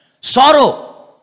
Sorrow